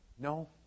No